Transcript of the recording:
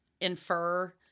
infer